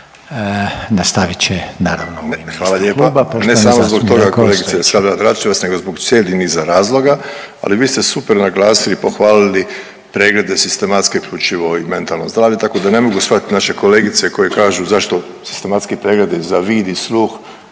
**Ostojić, Rajko (Nezavisni)** Hvala lijepa. Ne samo zbog toga, kolegice Sabljar-Dračevac, nego zbog cijelih niza razloga, ali vi ste super naglasili i pohvalili preglede sistematske, uključivo i mentalno zdravlje, tako da ne mogu shvatiti naše kolegice koje kažu, zašto sistematski pregledi za vid i sluh,